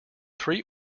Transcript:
three